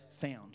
found